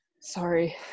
Sorry